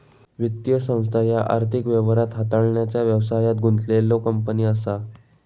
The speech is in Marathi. वित्तीय संस्था ह्या आर्थिक व्यवहार हाताळण्याचा व्यवसायात गुंतलेल्यो कंपनी असा